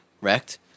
wrecked